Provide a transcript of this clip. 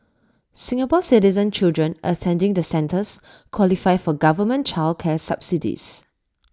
Singapore Citizen children attending the centres qualify for government child care subsidies